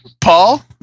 Paul